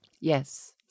Yes